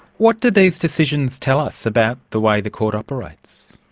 what do these decisions tell us about the way the court operates?